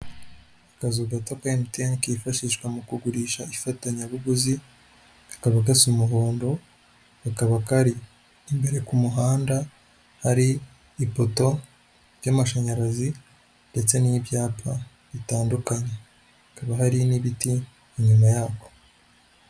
Akazu gato ka emutiye kifashishwa mu kugurisha ifatanyabuguzi kakaba gasa umuhondo, kakaba kari imbere ku muhanda, hari ipoto y'amashanyarazi ndetse n'ibyapa bitandukanye, hakaba hari n'ibiti inyuma yako.